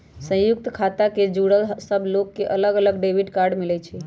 संयुक्त खाता से जुड़ल सब लोग के अलग अलग डेबिट कार्ड मिलई छई